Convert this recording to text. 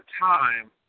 time